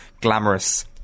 glamorous